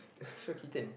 so Keaton